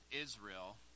Israel